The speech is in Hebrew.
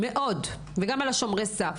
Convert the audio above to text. מאוד, וגם על שומרי סף.